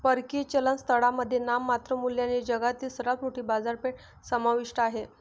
परकीय चलन स्थळांमध्ये नाममात्र मूल्याने जगातील सर्वात मोठी बाजारपेठ समाविष्ट आहे